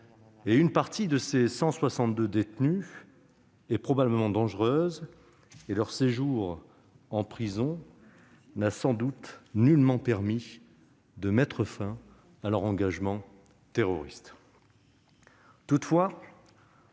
Certains de ces détenus sont probablement dangereux, et leur séjour en prison n'a sans doute nullement permis de mettre fin à leur engagement terroriste.